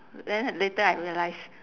then later I realised